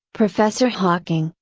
professor hocking,